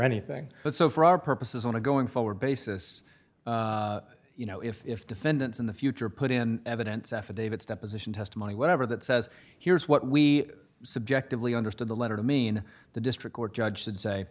anything but so for our purposes on a going forward basis you know if defendants in the future put in evidence affidavits deposition testimony whatever that says here's what we subjectively understood the letter to mean the district court judge should say